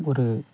ஒரு